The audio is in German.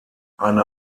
eine